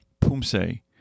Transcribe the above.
Pumse